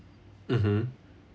mmhmm